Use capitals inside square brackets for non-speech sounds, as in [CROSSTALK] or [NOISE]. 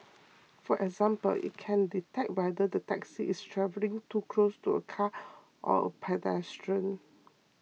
for example it can detect whether the taxi is travelling too close to a car [NOISE] or a pedestrian